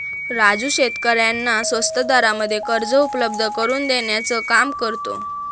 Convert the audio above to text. राजू शेतकऱ्यांना स्वस्त दरामध्ये कर्ज उपलब्ध करून देण्याचं काम करतो